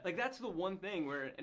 like that's the one thing where, and